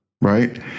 right